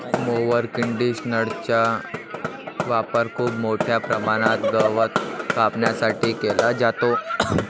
mower कंडिशनरचा वापर खूप मोठ्या प्रमाणात गवत कापण्यासाठी केला जातो